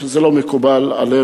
אני חושב שזה לא מקובל עלינו,